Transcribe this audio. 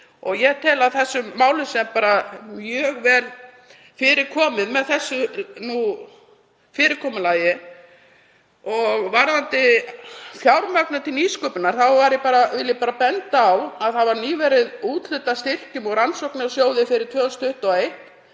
Ég tel að þessum málum sé bara mjög vel fyrir komið með þessu fyrirkomulagi. Varðandi fjármögnun til nýsköpunar vil ég bara benda á að nýverið var úthlutað styrkjum úr Rannsóknasjóði fyrir 2021.